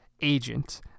agent